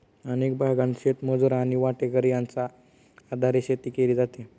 अनेक भागांत शेतमजूर आणि वाटेकरी यांच्या आधारे शेती केली जाते